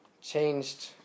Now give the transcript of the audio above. changed